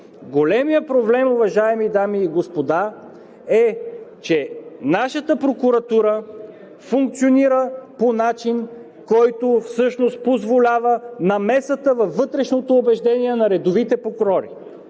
Големият проблем, уважаеми дами и господа, е, че нашата прокуратура функционира по начин, който всъщност позволява намесата във вътрешното убеждение на редовите прокурори.